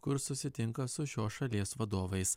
kur susitinka su šios šalies vadovais